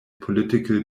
political